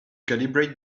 calibrate